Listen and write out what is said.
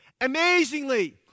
Amazingly